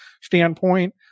standpoint